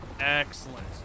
Excellent